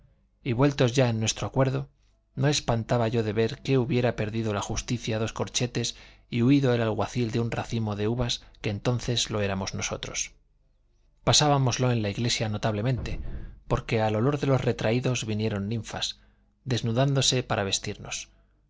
y vueltos ya en nuestro acuerdo me espantaba yo de ver que hubiese perdido la justicia dos corchetes y huido el alguacil de un racimo de uvas que entonces lo éramos nosotros pasábamoslo en la iglesia notablemente porque al olor de los retraídos vinieron ninfas desnudándose para vestirnos